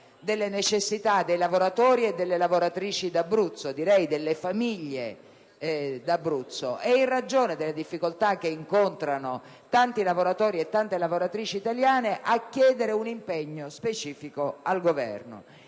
delle necessità dei lavoratori, delle lavoratrici e delle famiglie d'Abruzzo, e delle difficoltà che incontrano tanti lavoratori e tante lavoratrici italiane, a chiedere un impegno specifico al Governo,